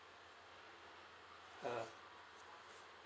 uh